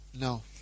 no